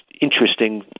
interesting